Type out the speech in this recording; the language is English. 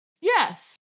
Yes